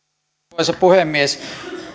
arvoisa puhemies